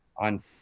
on